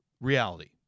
reality